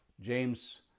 James